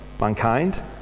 mankind